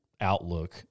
outlook